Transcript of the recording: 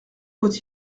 faut